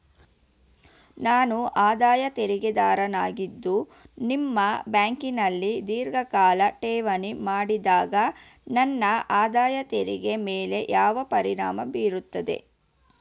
ನಾನು ಆದಾಯ ತೆರಿಗೆದಾರನಾಗಿದ್ದು ನಿಮ್ಮ ಬ್ಯಾಂಕಿನಲ್ಲಿ ಧೀರ್ಘಕಾಲ ಠೇವಣಿ ಮಾಡಿದಾಗ ನನ್ನ ಆದಾಯ ತೆರಿಗೆ ಮೇಲೆ ಯಾವ ಪರಿಣಾಮ ಬೀರುತ್ತದೆ?